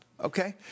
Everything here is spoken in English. Okay